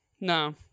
No